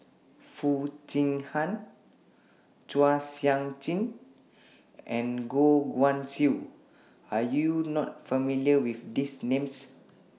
Foo Chee Han Chua Sian Chin and Goh Guan Siew Are YOU not familiar with These Names